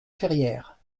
ferrière